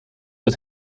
het